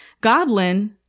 Goblin